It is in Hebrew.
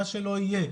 מה שלא יהיה,